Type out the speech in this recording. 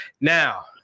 now